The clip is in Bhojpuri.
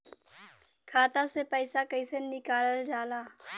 खाता से पैसा कइसे निकालल जाला?